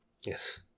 Yes